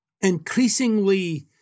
increasingly